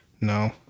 No